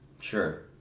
Sure